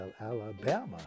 Alabama